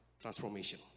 transformation